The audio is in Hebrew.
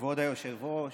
כבוד היושב-ראש,